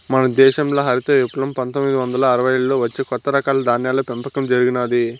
మన దేశంల హరిత విప్లవం పందొమ్మిది వందల అరవైలలో వచ్చి కొత్త రకాల ధాన్యాల పెంపకం జరిగినాది